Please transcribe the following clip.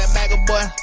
ah maga boy.